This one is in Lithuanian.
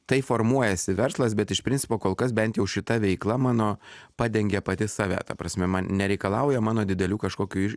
taip formuojasi verslas bet iš principo kol kas bent jau šita veikla mano padengia pati save ta prasme man nereikalauja mano didelių kažkokių